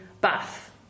Bath